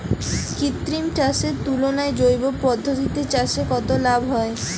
কৃত্রিম চাষের তুলনায় জৈব পদ্ধতিতে চাষে কত লাভ হয়?